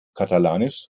katalanisch